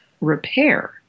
repair